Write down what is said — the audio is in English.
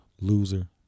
loser